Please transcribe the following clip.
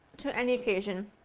to any occasion,